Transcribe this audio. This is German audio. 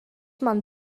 man